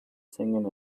singing